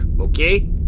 okay